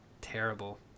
terrible